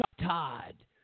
Todd